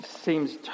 seems